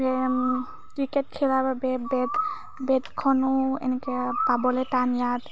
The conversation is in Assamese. ক্ৰিকেট খেলাৰ বাবে বেট বেটখনো এনেকৈ পাবলৈ টান ইয়াত